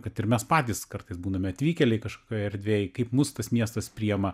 kad ir mes patys kartais būname atvykėliai kažkokioj erdvėj kaip mus tas miestas priėma